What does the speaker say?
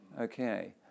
Okay